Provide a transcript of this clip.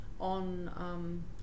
on